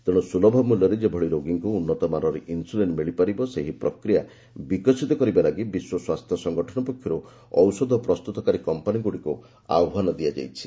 ତେଣୁ ସୁଲଭ ମୂଲ୍ୟରେ ଯେଭଳି ରୋଗୀଙ୍କୁ ଉନ୍ନତମାନର ଇନ୍ସୁଲିନ୍ ମିଳିପାରିବ ସେହି ପ୍ରକ୍ରିୟା ବିକଶିତ କରିବା ଲାଗି ବିଶ୍ୱ ସ୍ୱାସ୍ଥ୍ୟ ସଂଗଠନ ପକ୍ଷରୁ ଔଷଧ ପ୍ରସ୍ତୁତକାରୀ କମ୍ପାନିଗୁଡ଼ିକୁ ଆହ୍ୱାନ ଦିଆଯାଇଛି